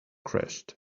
crashed